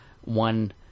one